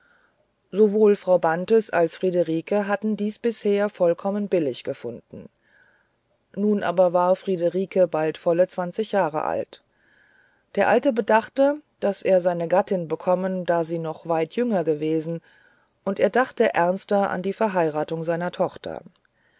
sowohl frau bantes als friederike hatten dies bisher vollkommen billig gefunden nun aber war friederike bald volle zwanzig jahre alt der alte bedachte daß er seine gattin bekommen da sie noch weit jünger gewesen und er dachte ernster an die verheiratung seiner tochter